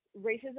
racism